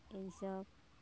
এইসব